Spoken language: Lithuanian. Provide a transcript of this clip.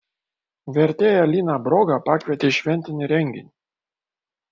vertėją liną brogą pakvietė į šventinį renginį